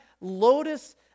lotus